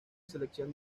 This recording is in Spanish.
selección